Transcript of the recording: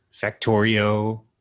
Factorio